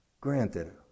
Granted